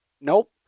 Nope